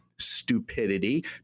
stupidity